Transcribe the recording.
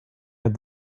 had